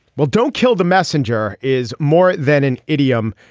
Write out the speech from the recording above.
well don't kill the messenger is more than an idiom.